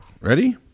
Ready